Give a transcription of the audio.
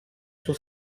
suo